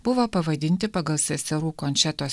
buvo pavadinti pagal seserų končetos